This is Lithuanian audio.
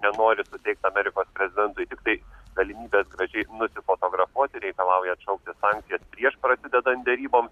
nenori suteikt amerikos prezidentui tiktai galimybės gražiai nusifotografuoti reikalauja atšaukti sankcijas prieš prasidedant deryboms